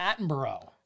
Attenborough